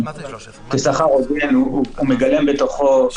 יום שבתון הוא גם מאפיין סוציאלי ונלוות לו זכויות